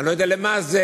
אני לא יודע לְמה זה.